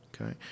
Okay